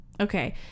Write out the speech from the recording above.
Okay